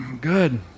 Good